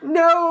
no